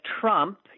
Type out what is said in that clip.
Trump